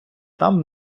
там